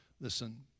listen